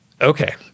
Okay